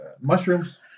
mushrooms